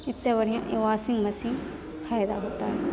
एतेक बढ़िआँ washing machine फायदा होयतै